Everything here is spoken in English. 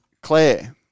Claire